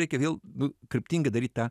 reikia vėl nu kryptingai daryt tą